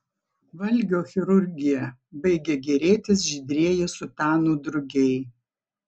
valgio chirurgija baigė gėrėtis žydrieji sutanų drugiai